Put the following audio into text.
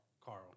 Carl